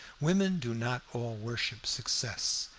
women do not all worship success,